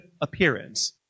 appearance